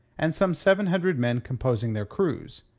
and some seven hundred men composing their crews.